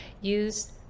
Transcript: use